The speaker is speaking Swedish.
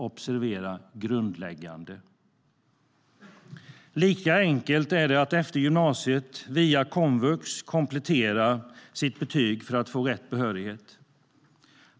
Observera att den är grundläggande! Lika enkelt är det att efter gymnasiet, via komvux, komplettera sitt betyg för att få rätt behörighet.